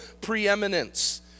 preeminence